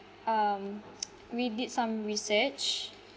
um we did some research